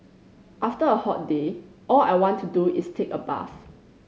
after a hot day all I want to do is take a bath